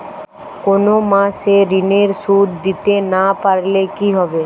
কোন মাস এ ঋণের সুধ দিতে না পারলে কি হবে?